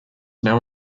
now